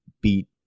beat